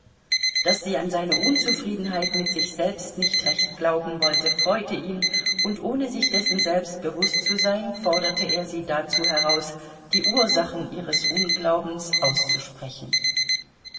daß sie an seine unzufriedenheit mit sich selbst nicht recht glauben wollte freute ihn und ohne sich dessen selbst bewußt zu sein forderte er sie dazu heraus die ursachen ihres unglaubens auszusprechen